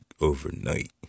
overnight